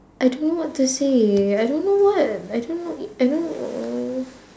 I don't know what to say I don't know what I don't know I don't know